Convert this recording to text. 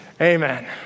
Amen